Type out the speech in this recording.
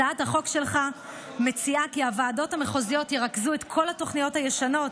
הצעת החוק שלך מציעה כי הוועדות המחוזיות ירכזו את כל התוכניות הישנות,